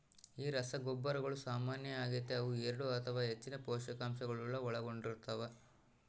ಈ ರಸಗೊಬ್ಬರಗಳು ಸಾಮಾನ್ಯ ಆಗತೆ ಅವು ಎರಡು ಅಥವಾ ಹೆಚ್ಚಿನ ಪೋಷಕಾಂಶಗುಳ್ನ ಒಳಗೊಂಡಿರ್ತವ